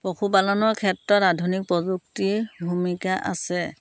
পশুপালনৰ ক্ষেত্ৰত আধুনিক প্ৰযুক্তিৰ ভূমিকা আছে